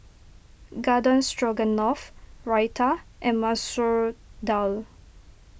Garden Stroganoff Raita and Masoor Dal